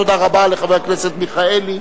תודה רבה לחבר הכנסת מיכאלי